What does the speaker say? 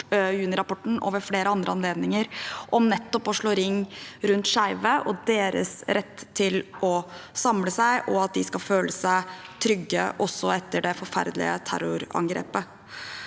og ved flere andre anledninger – om å slå ring rundt skeive og deres rett til å samles, og at de skal føle seg trygge også etter det forferdelige terrorangrepet.